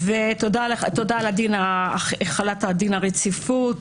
ותודה על ההחלטה על דין הרציפות,